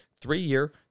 three-year